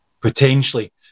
potentially